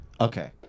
Okay